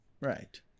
Right